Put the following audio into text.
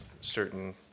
certain